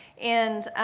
and,